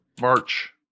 March